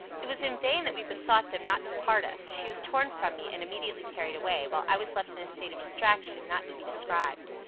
it was in vain that we besought them not to part us she was torn from me, and immediately carried away, while i was left in a state of distraction not to be described.